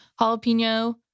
Jalapeno